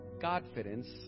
confidence